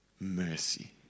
mercy